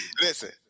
Listen